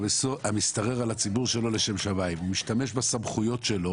"המשתרר על הציבור שלא לשם שמיים" הוא משתמש בסמכויות שלו